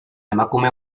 emakume